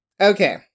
Okay